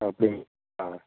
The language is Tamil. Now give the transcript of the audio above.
அப்படிங் ஆ